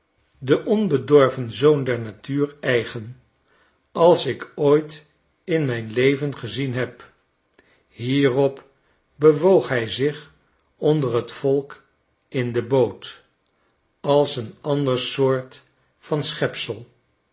den onbedorven zoon der natuur eigen als ik ooit in mijn leven gezien heb hierop bewoog hij zich onder t volk in de boot als een ander soort van